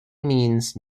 means